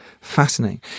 fascinating